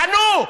קנו,